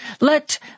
Let